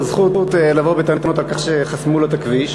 זכות לבוא בטענות על כך שחסמו לו את הכביש.